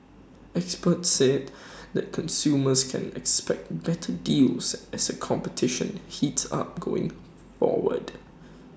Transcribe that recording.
experts said that consumers can expect better deals as A competition heats up going forward